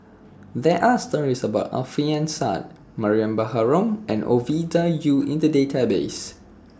There Are stories about Alfian Sa'at Mariam Baharom and Ovidia Yu in The Database